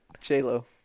J-Lo